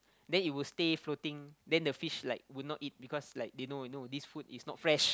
then it will stay floating then the fish like will not eat because like they know they know this food is not fresh